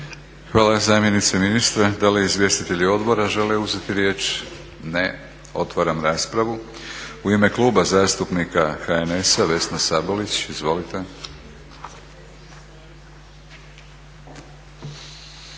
Hvala zamjenici ministra. Da li izvjestitelji odbora žele uzeti riječ? Ne. Otvaram raspravu. U ime Kluba zastupnika HNS-a Vesna Sabolić. Izvolite.